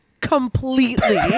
completely